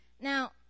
Now